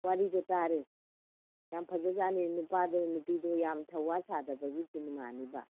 ꯋꯥꯔꯤꯗꯣ ꯇꯥꯔꯦ ꯌꯥꯝ ꯐꯖ ꯖꯥꯠꯅꯤ ꯅꯨꯄꯥꯗꯣ ꯅꯨꯄꯤꯗꯣ ꯌꯥꯝ ꯊꯧꯋꯥ ꯁꯥꯗꯕꯒꯤ ꯁꯤꯅꯤꯃꯥꯅꯤꯕ